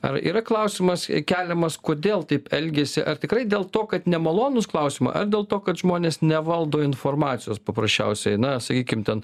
ar yra klausimas keliamas kodėl taip elgiasi ar tikrai dėl to kad nemalonūs klausimai ar dėl to kad žmonės nevaldo informacijos paprasčiausiai na sakykim ten